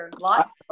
Lots